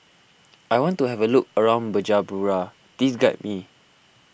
I want to have a look around Bujumbura please guide me